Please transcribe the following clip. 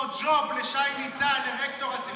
ג'וב לשי ניצן לרקטור הספרייה הלאומית.